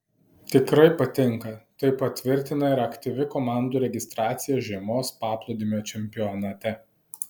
tikrai patinka tai patvirtina ir aktyvi komandų registracija žiemos paplūdimio čempionate